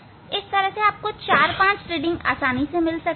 इस तरह से आप 4 5 रीडिंग ले सकते हैं